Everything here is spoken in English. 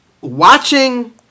watching